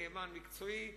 נאמן ומקצועי,